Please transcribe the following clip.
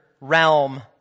realm